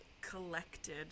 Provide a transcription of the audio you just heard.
collected